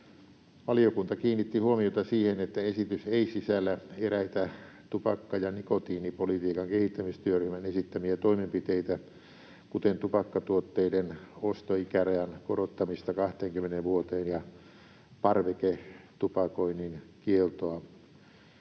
Valiokunta kiinnitti huomiota siihen, että esitys ei sisällä eräitä tupakka- ja nikotiinipolitiikan kehittämistyöryhmän esittämiä toimenpiteitä, kuten tupakkatuotteiden ostoikärajan korottamista 20 vuoteen ja parveketupakoinnin kieltoa.